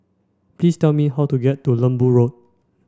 please tell me how to get to Lembu Road